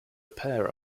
pair